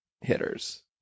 hitters